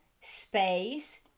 space